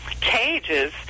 cages